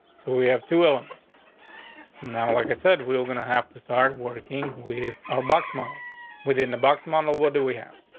so we have two elements now. like i said, we were gonna have to start working. we is our box model within the box model. what do we have?